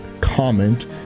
comment